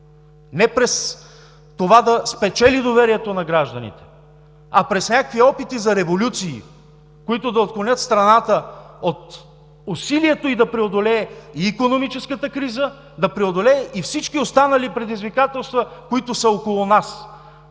не през това да спечели доверието на гражданите, а през някакви опити за революции, които да отклонят страната от усилието ѝ да преодолее и икономическата криза, да преодолее и всички останали предизвикателства, които са около нас,